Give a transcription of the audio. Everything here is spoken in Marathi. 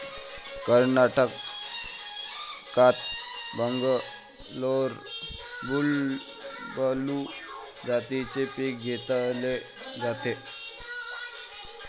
कर्नाटकात बंगलोर ब्लू जातीचे पीक घेतले जाते